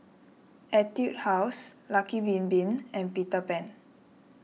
Etude House Lucky Bin Bin and Peter Pan